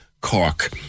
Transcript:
Cork